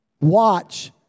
Watch